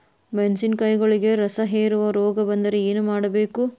ಮೆಣಸಿನಕಾಯಿಗಳಿಗೆ ರಸಹೇರುವ ರೋಗ ಬಂದರೆ ಏನು ಮಾಡಬೇಕು?